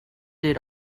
did